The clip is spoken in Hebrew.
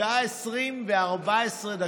השעה 20:14,